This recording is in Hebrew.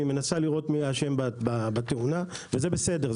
היא מנסה לראות מי האשם בתאונה וזה בסדר,